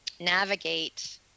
navigate